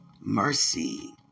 Mercy